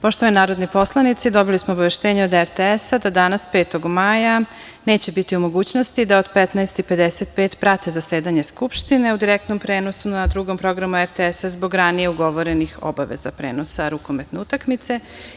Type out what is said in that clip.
Poštovani narodni poslanici, dobili smo obaveštenje od RTS-a da danas, 5. maja neće biti u mogućnosti da od 15.55 prate zasedanje skupštine u direktnom prenosu na Drugom programu RTS-a zbog ranije ugovorenih obaveza prenosa rukometne utakmice.